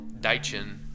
Daichin